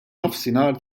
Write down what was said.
nofsinhar